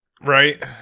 Right